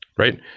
right?